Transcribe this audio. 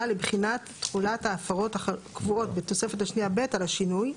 לבחינת תחולת ההפרות הקבועות בתוספת השנייה ב' על השינוי,